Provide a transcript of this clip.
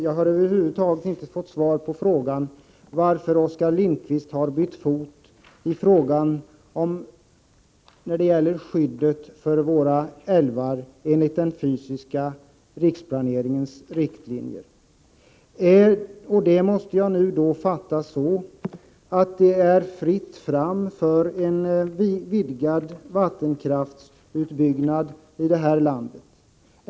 Jag har över huvud taget inte fått klart besked, varför Oskar Lindkvist bytt fot i fråga om skyddet för våra älvar enligt den fysiska riksplaneringens riktlinjer. Detta måste jag fatta så, att det är fritt fram för en vidgad vattenkraftsutbyggnad i det här landet.